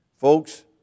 Folks